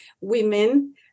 women